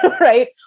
right